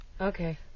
Okay